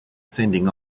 sending